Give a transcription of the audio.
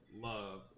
love